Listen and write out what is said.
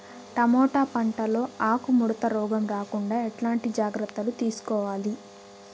Tomato పంట లో ఆకు ముడత రోగం రాకుండా ఎట్లాంటి జాగ్రత్తలు తీసుకోవాలి?